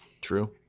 True